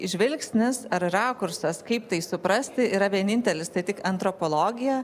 žvilgsnis ar rakursas kaip tai suprasti yra vienintelis tai tik antropologija